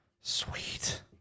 sweet